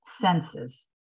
senses